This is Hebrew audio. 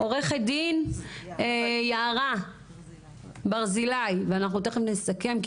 עורכת דין יערה ברזילאי ואנחנו תיכף נסכם,